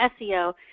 SEO